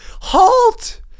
HALT